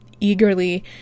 eagerly